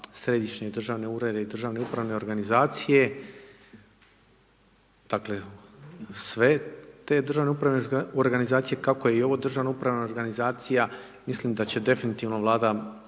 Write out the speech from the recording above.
središnje državne urede i državne upravne organizacije, dakle, sve te državne organizacije, kako i ovu državna upravna organizacija, mislim da će definitivno vlada